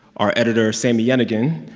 our editor, sami yenigun,